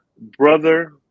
brother